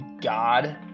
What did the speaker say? god